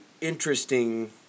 interesting